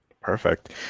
Perfect